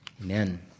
Amen